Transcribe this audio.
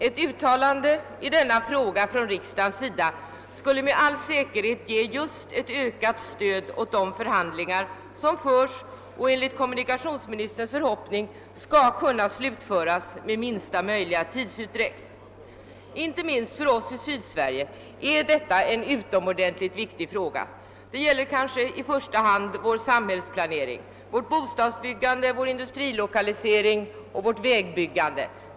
Ett uttalande i denna fråga av riksdagen skulle med all säkerhet ge ett ökat stöd åt de förhandlingar som förs och enligt kommunikationsministerns förhoppning skall kunna avslutas med minsta möjliga tidsutdräkt. Inte minst för oss i Sydsverige är detta en utomordentligt viktig fråga. Det gäller kanske i första hand vår samhällsplanering, vårt bostadsbyggande, vår industrilokalisering och vårt vägbyggande.